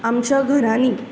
आमच्या घरांनी